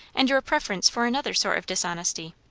and your preference for another sort of dishonesty.